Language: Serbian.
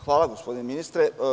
Hvala gospodine ministre.